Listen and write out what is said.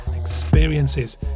experiences